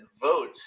vote